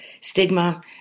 stigma